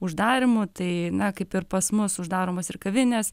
uždarymų tai na kaip ir pas mus uždaromos ir kavinės